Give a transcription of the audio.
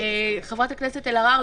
חברת הכנסת אלהרר,